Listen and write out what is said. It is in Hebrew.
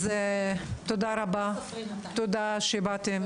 תודה רבה שבאתם.